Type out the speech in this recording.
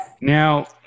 Now